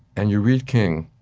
and you read king,